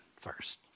first